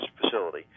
facility